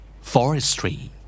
Forestry